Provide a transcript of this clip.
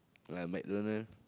like MacDonald